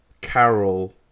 Carol